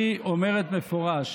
היא אומרת במפורש